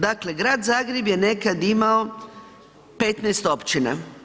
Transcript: Dakle grad Zagreb je nekad imao 15 općina.